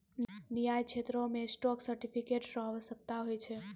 न्याय क्षेत्रो मे स्टॉक सर्टिफिकेट र आवश्यकता होय छै